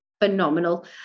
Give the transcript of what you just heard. phenomenal